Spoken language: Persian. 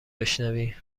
بشنوی